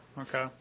Okay